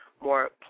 more